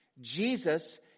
jesus